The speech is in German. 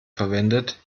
verwendet